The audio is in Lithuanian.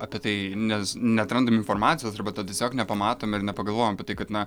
apie tai nes neatrandam informacijos arba ta tiesiog nepamatom ir nepagalvojam apie tai kad na